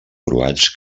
croats